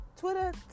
Twitter